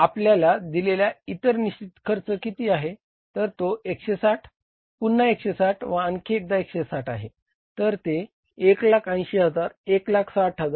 आपल्याला दिलेला इतर निशचित खर्च किती आहे तर तो 160 पुन्हा 160 व आणखी एकदा 160 आहे